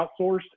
outsourced